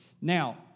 Now